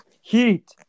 Heat